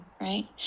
Right